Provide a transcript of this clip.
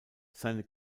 seine